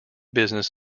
business